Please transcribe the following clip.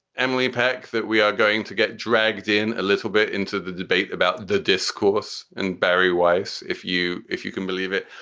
emily pac, that we are going to get dragged in a little bit into the debate about the discourse. and barry weiss. if you if you can believe it,